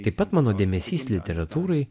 taip pat mano dėmesys literatūrai